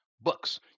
books